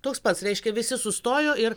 toks pats reiškia visi sustojo ir